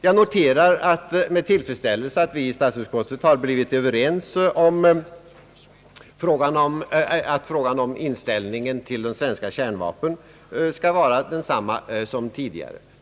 Jag noterar med tillfredsställelse att vi i statsutskottet har blivit överens om att inställningen till svenska kärnvapen skall vara densamma som tidigare.